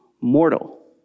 mortal